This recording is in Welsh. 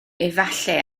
efallai